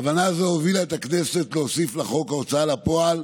ההבנה הזו הובילה את הכנסת להוסיף לחוק ההוצאה לפועל,